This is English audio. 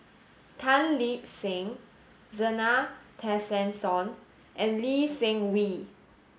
Tan Lip Seng Zena Tessensohn and Lee Seng Wee